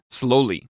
slowly